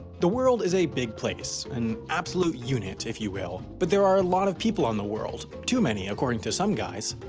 the world is a big place an absolute unit, if you will but there are a lot of people on the world too many according to some guys.